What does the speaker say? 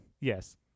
Yes